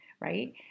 Right